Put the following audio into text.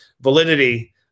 validity